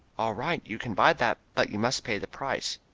all right, you can buy that, but you must pay the price.